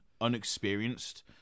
unexperienced